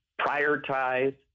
prioritize